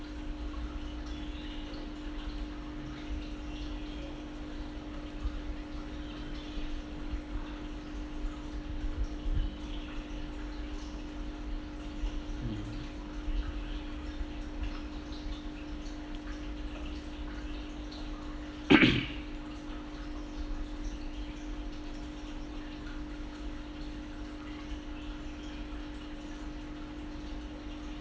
mm